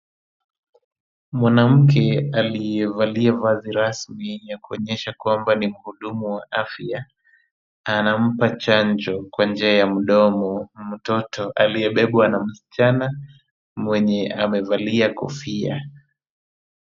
Mwanamke aliyevalia vazi rasmi ya kuonyesha kwamba ni muhudumu wa afya, anampa chanjo kwa njia ya mdomo, mtoto aliyebebwa na msichana mwenye amevalia kofia.